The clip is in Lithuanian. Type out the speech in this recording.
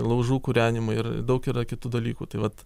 laužų kūrenimai ir daug yra tų dalykų tai vat